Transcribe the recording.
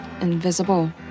invisible